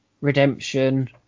Redemption